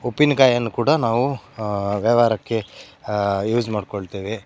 ಉಪ್ಪಿನ ಕಾಯಿಯನ್ನು ಕೂಡ ನಾವು ವ್ಯವಹಾರಕ್ಕೆ ಯೂಸ್ ಮಾಡಿಕೊಳ್ತೇವೆ